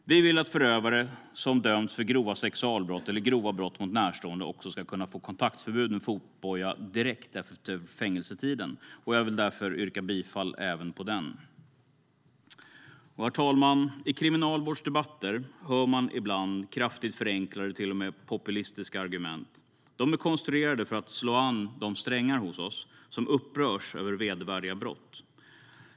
Vi vill att förövare som dömts för grova sexualbrott eller grova brott mot närstående också ska kunna få kontaktförbud med fotboja direkt efter fängelsetiden. Jag vill därför även yrka bifall till reservation 15. Herr talman! I kriminalvårdsdebatter hör man ibland kraftigt förenklade eller till och med populistiska argument. De är konstruerade för att slå an de strängar hos oss som upprörs över vedervärdiga brott.